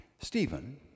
Stephen